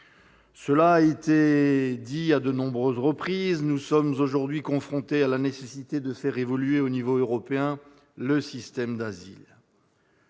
Cela a été dit à de nombreuses reprises, nous sommes aujourd'hui confrontés à la nécessité de faire évoluer au niveau européen notre système d'asile.